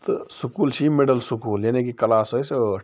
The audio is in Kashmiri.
تہٕ سکوٗل چھُ یہِ مِڈل سکوٗل یعنی کہِ کلاس ٲسۍ ٲٹھ